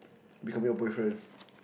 becoming a boyfriend